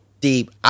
deep